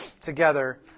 together